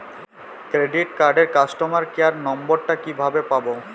Credit কার্ডের customer care number টা কিভাবে পাবো?